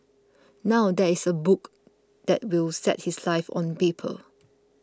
now there is a book that will set his life on paper